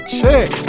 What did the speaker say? check